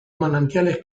manantiales